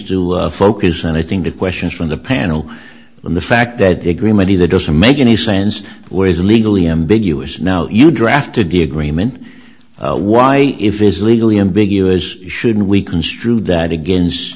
to focus on i think the questions from the panel on the fact that degree money that doesn't make any sense is legally ambiguous now you drafted the agreement why if is legally ambiguous should we construe that against